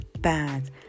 bad